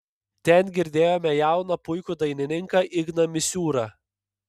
ten girdėjome jauną puikų dainininką igną misiūrą